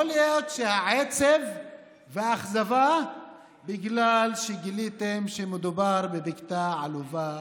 יכול להיות שהעצב והאכזבה הם כי גיליתם שמדובר בבקתה עלובה